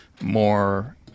more